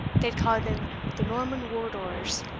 they ca'd them the norman wardours,